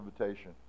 invitation